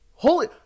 Holy